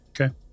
Okay